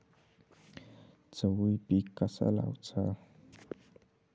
चवळी पीक कसा लावचा?